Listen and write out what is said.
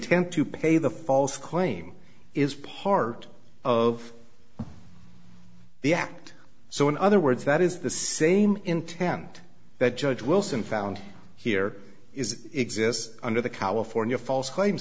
intent to pay the false claim is part of the act so in other words that is the same intent that judge wilson found here is exists under the california false claims